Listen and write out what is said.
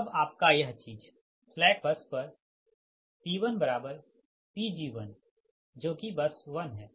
अब आपका यह चीज स्लैक बस पर P1Pg1जो कि बस 1 है